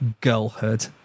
girlhood